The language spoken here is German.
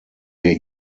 wir